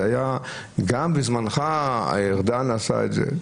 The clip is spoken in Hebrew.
גם בזמנך ארדן עשה את זה.